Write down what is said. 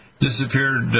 disappeared